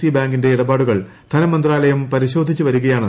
C ബാങ്കിന്റെ ഇടപാടുകൾ ധനമന്ത്രാലയം പരിശോധിച്ച് വരികയാണ്